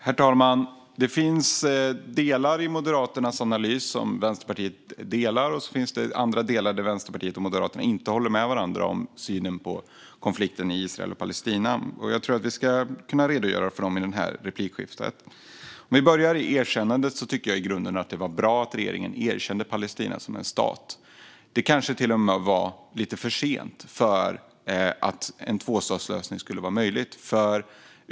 Herr talman! Det finnas sådant i Moderaternas analys som Vänsterpartiet delar, och det finns annat där Vänsterpartiet och Moderaterna inte håller med varandra i synen på konflikten mellan Israel och Palestina. Jag tror att jag ska kunna redogöra för dessa i detta replikskifte. Jag tycker i grunden att det var bra att regeringen erkände Palestina som stat. Det var kanske till och med lite sent för att en tvåstatslösning skulle vara möjlig.